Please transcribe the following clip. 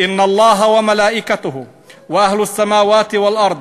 "האל ומלאכיו ושוכני הרקיעים והאדמה,